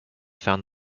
found